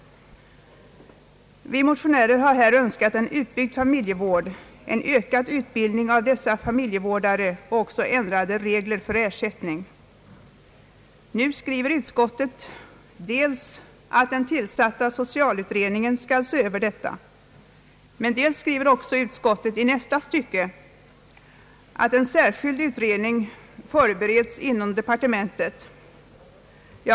Vi motionärer har här önskat en utbyggd familjevård, en ökad utbildning av dessa familjevårdare samt ändrade regler för ersättning. Nu skriver utskottet dels att den tillsatta socialutredningen skall se över detta, dels i nästa stycke att en särskild utredning förberetts inom departementet.